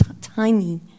tiny